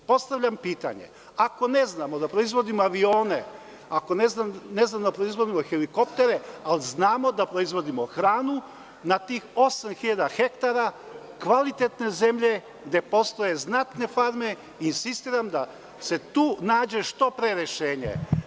Postavljam pitanje – ako ne znamo da proizvodimo avione, ako ne znamo da proizvodimo helikoptere, ali znamo da proizvodimo hranu na tih 8.000 hektara kvalitetne zemlje gde postoje znatne farme insistiram da se tu nađe što pre rešenje.